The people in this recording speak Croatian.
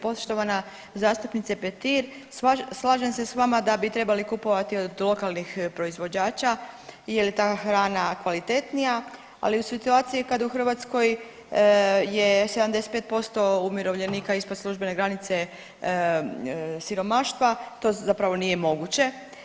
Poštovana zastupnice Petir, slažem se s vama da bi trebali kupovati od lokalnih proizvođača jel je ta hrana kvalitetnija, ali u situaciji kad u Hrvatskoj je 75% umirovljenika ispod službene granice siromaštva to zapravo nije moguće.